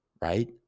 Right